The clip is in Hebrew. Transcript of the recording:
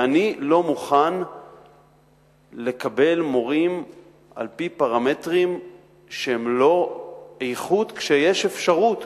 ואני לא מוכן לקבל מורים על-פי פרמטרים שהם לא איכות כשיש אפשרות.